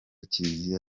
kiriziya